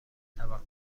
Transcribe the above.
توقف